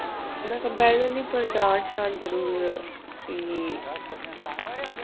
पर में निं डांट दिन्नी आं अं